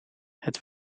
het